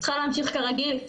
צריכה להמשיך כרגיל,